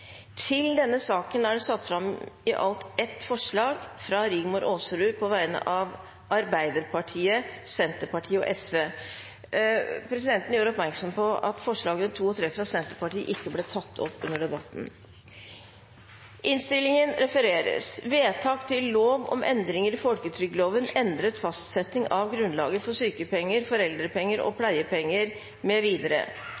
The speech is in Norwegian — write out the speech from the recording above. til Stortinget å gjøre slikt Under debatten er det satt fram ett forslag. Det er forslag nr. 1, fra Rigmor Aasrud på vegne av Arbeiderpartiet, Senterpartiet og Sosialistisk Venstreparti. Presidenten gjør oppmerksom på at forslagene nr. 2 og 3, fra Senterpartiet, ikke ble tatt opp under debatten. Komiteen hadde innstilt til Stortinget å gjøre slikt Det voteres alternativt mellom innstillingens forslag til I